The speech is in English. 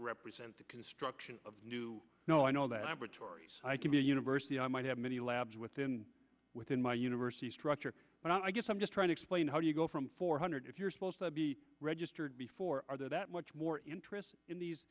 represent the construction of new you know i know that i'm retired i can be a university i might have many labs within within my university structure but i guess i'm just trying to explain how do you go from four hundred if you're supposed to be registered before are that much more interest in these